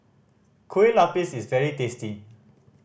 Kueh Lupis is very tasty